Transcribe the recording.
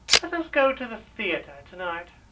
let us go to the theatre to-night,